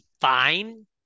fine